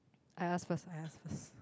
I ask first I ask first